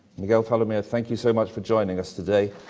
miguel falomir, thank you so much for joining us today.